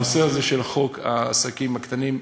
הנושא הזה של חוק העסקים הקטנים,